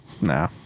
Nah